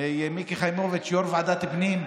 מיקי חיימוביץ', יו"ר ועדת הפנים,